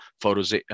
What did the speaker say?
photos